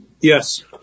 Yes